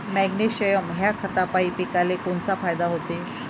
Magnesium ह्या खतापायी पिकाले कोनचा फायदा होते?